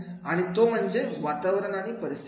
आणि तो म्हणजे वातावरण आणि परिस्थिती